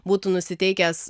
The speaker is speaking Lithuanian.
būtų nusiteikęs